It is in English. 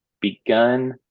begun